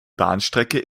bahnstrecke